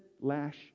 lash